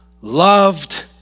loved